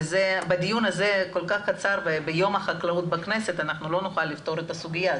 בדיון הזה הכל כך קצר ביום החקלאות בכנסת לא נוכל לפתור את הסוגיה הזאת.